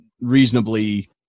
reasonably